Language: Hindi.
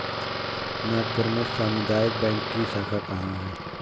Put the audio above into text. नागपुर में सामुदायिक बैंक की शाखा कहाँ है?